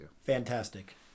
Fantastic